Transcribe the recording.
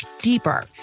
deeper